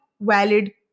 valid